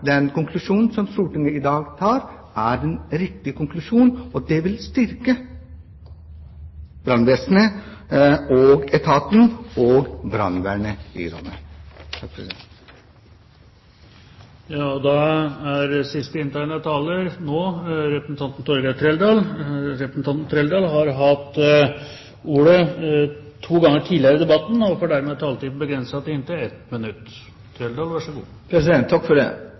den konklusjonen som Stortinget i dag trekker, er den riktige konklusjonen. Det vil styrke brannvesenet og etaten og brannvernet i landet. Representanten Torgeir Trældal har hatt ordet to ganger tidligere i debatten og får ordet til en kort merknad, begrenset til 1 minutt. Jeg sender ikke noen melding hjem til brannfolk. Jeg sender en melding hjem til det